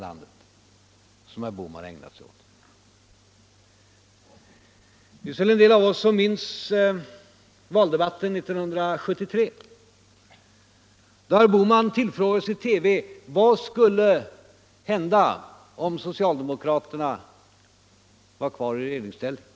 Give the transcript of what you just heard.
Under valdebatten 1973 tillfrågades herr Bohman i TV vad som skulle hända om socialdemokraterna var kvar i regeringsställning.